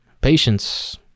Patience